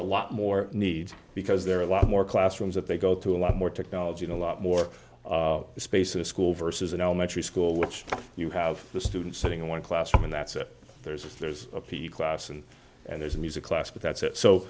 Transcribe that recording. a lot more needs because there are a lot more classrooms that they go to a lot more technology and a lot more space in a school versus an elementary school which you have the students sitting in one classroom and that's it there's a there's a p e class and and there's a music class but that's it so